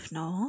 no